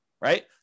right